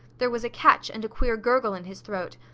there was a catch and a queer gurgle in his throat.